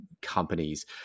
companies